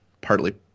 partly